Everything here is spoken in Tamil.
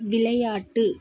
விளையாட்டு